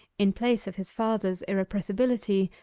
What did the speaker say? in place of his father's impressibility,